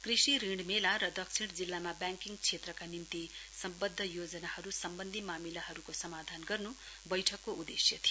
कृषि ऋण मेला र दक्षिण जिल्लामा ब्याङ्किङ क्षेत्रका निम्ति सम्वद्ध योजनाहरू सम्वन्धी मामिलाहरूको समाधान गर्न् बैठकको उदेश्य थियो